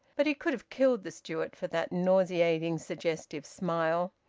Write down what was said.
but he could have killed the steward for that nauseating suggestive smile.